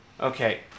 Okay